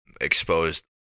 exposed